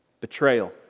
Betrayal